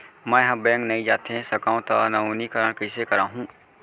मैं ह बैंक नई जाथे सकंव त नवीनीकरण कइसे करवाहू?